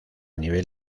nivel